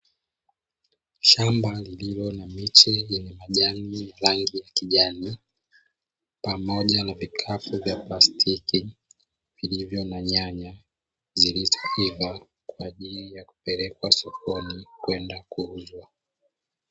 Shamba lililo na miche yenye majani ya rangi ya kijani pamoja na vikapu vya plastiki, vilivyo na nyanya zilizoiva kwa ajili ya kupelekwa sokoni kwenda kuuzwa.